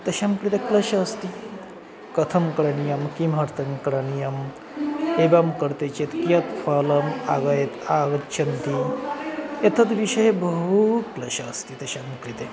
तेषां कृते क्लेशः अस्ति कथं करणीयं किमर्थं करणीयम् एवं क्रियते चेत् कियत् फलम् आग आगच्छन्ति एतद्विषये बहु क्लेशः अस्ति तेषां कृते